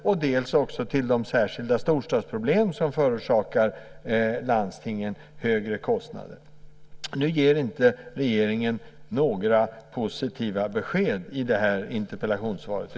Det handlar också om de särskilda storstadsproblem som förorsakar landstingen högre kostnader. Regeringen ger inte några positiva besked i interpellationssvaret.